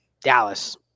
Dallas